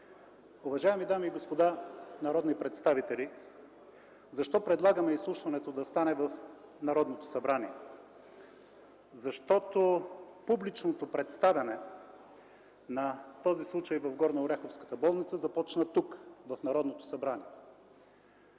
Уважаеми дами и господа народни представители, защо предлагаме изслушването да стане в Народното събрание? Защото публичното представяне на този случай в Горнооряховската болница започна тук, в Народното събрание.